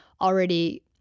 already